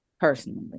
personally